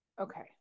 Okay